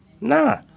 Nah